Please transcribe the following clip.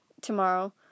tomorrow